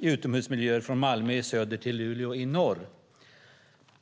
i utomhusmiljöer från Malmö i söder till Luleå i norr.